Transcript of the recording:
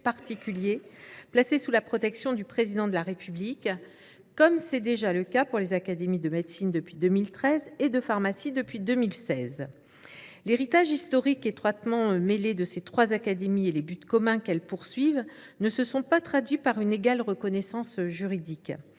particulier, placée sous la protection du Président de la République, comme c’est déjà le cas pour les académies nationales de médecine et de pharmacie, depuis respectivement 2013 et 2016. L’héritage historique étroitement mêlé de ces trois académies et les buts communs qu’elles se sont fixés ne se sont pas traduits par une égale reconnaissance juridique.